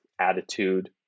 attitude